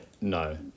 no